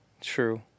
true